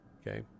okay